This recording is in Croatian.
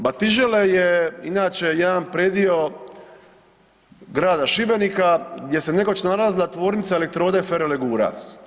Batižele je inače jedan predio grada Šibenika gdje se nekoć nalazila Tvornica elektroda i ferolegura.